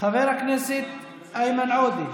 חבר הכנסת איימן עודה,